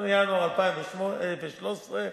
ינואר 2013,